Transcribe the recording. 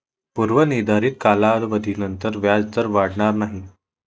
पूर्व निर्धारित कालावधीनंतर व्याजदर वाढणार नाही